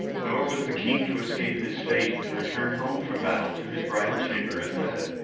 nor was the king to escape his fate and return home from battle to his bridal chamber and bed.